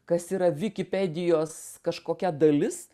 kas yra vikipedijos kažkokia dalis